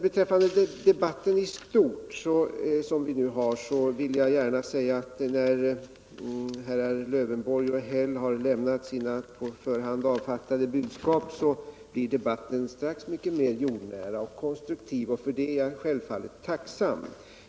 Beträffande den debatt i stort som vi nu för vill jag gärna säga att när herrar Lövenborg och Häll har lämnat sina på förhand avfattade budskap, så blir debatten strax mycket mer jordnära och konstruktiv, och för det är jag självfallet tacksam.